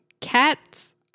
Cats